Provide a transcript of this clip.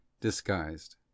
disguised